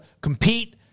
compete